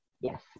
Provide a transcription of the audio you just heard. Yes